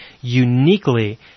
uniquely